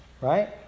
right